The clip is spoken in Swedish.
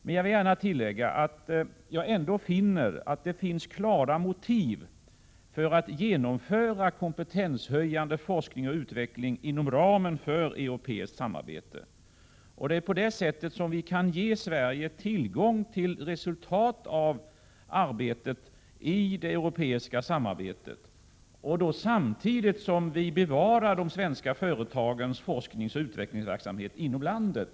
Men jag vill gärna tillägga att jag ändå finner klara skäl för genomförande av kompetenshöjande forskning och utveckling inom ramen för europeiskt samarbete. Det är på det sättet som Sverige kan ges tillgång till resultat av arbetet inom det europeiska samarbetet samtidigt som Sverige bevarar de svenska företagens forskning och utvecklingsverksamhet inom landet.